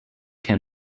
can